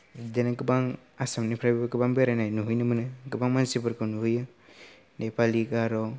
बिदिनो गोबां आसामनिफ्रायबो गोबां बेरायनाय नुहैनाय मोनो गोबां मानसिफोरखौ नुयो नेपालि गार'